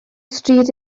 stryd